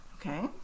Okay